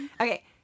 okay